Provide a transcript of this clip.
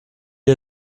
est